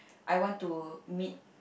I want to meet